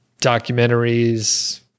documentaries